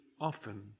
often